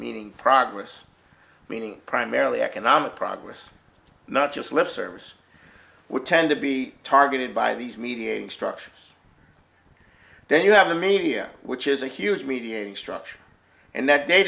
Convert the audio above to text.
meaning progress meaning primarily economic progress not just lip service would tend to be targeted by these mediating structures then you have the media which is a huge mediating structure and that day